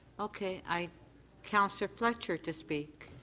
okay. i councillor fletcher to speak.